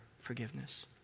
forgiveness